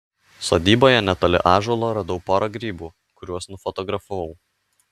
sodyboje netoli ąžuolo radau porą grybų kuriuos nufotografavau